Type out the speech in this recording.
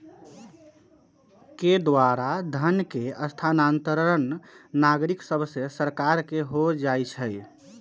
के द्वारा धन के स्थानांतरण नागरिक सभसे सरकार के हो जाइ छइ